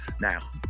Now